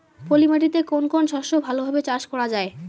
পলি মাটিতে কোন কোন শস্য ভালোভাবে চাষ করা য়ায়?